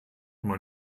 man